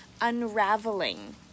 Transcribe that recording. unraveling